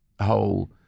whole